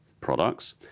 products